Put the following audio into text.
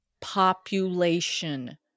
population